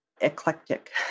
eclectic